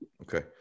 Okay